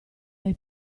dai